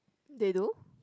they do